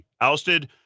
Ousted